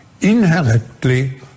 inherently